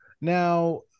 Now